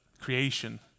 creation